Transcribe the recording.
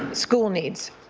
school needs.